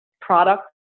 product